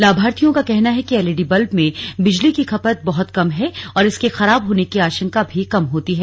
लाभार्थियों का कहना है कि एलईडी बल्ब में बिजली की खपत बहुत कम है और इसके खराब होने की आशंका भी कम होती है